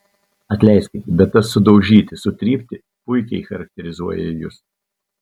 atleiskit bet tas sudaužyti sutrypti puikiai charakterizuoja jus